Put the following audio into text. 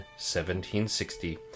1760